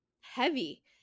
heavy